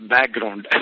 Background